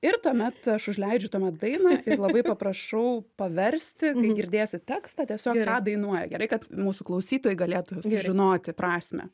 ir tuomet aš užleidžiu tuomet dainą ir labai paprašau paversti kai girdėsi tekstą tiesiog ką dainuoja gerai kad mūsų klausytojai galėtų žinoti prasmę